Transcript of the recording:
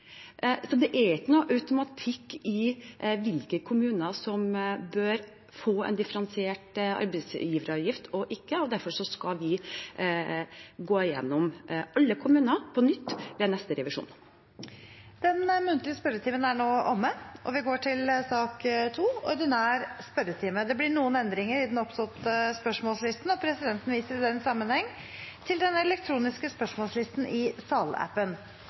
Så det er ikke noen automatikk i hvilke kommuner som bør få differensiert arbeidsgiveravgift. Derfor skal vi gå gjennom alle kommuner på nytt ved neste revisjon. Den muntlige spørretimen er nå omme. Det blir noen endringer i den oppsatte spørsmålslisten, og presidenten viser i den sammenheng til den elektroniske spørsmålslisten i salappen.